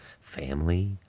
family